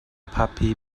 puppy